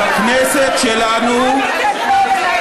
סעיף 42, לכו וחפשו.